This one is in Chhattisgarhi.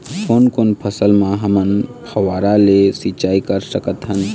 कोन कोन फसल म हमन फव्वारा ले सिचाई कर सकत हन?